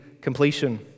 completion